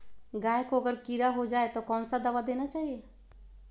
गाय को अगर कीड़ा हो जाय तो कौन सा दवा देना चाहिए?